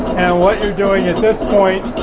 and what your doing at this point